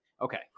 Okay